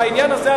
בעניין הזה,